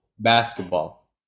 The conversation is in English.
basketball